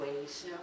ways